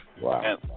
Wow